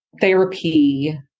therapy